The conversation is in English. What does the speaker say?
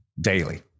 Daily